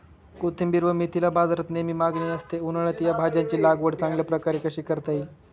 कोथिंबिर व मेथीला बाजारात नेहमी मागणी असते, उन्हाळ्यात या भाज्यांची लागवड चांगल्या प्रकारे कशी करता येईल?